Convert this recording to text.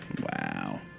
wow